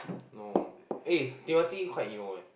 no eh Timothy quite emo leh